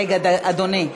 רגע, אדוני.